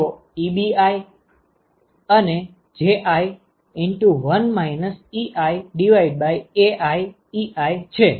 જો Ebi અને Ji 1 iAii છે